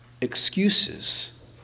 excuses